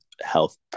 health